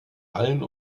allen